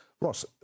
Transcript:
Ross